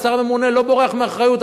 השר הממונה לא בורח מאחריות.